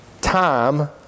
time